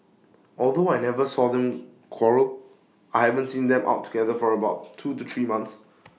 although I never saw them quarrel I haven't seen them out together for about two to three months